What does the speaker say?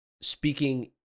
speaking